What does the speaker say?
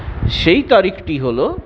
সেই তারিখটি হল